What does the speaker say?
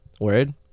word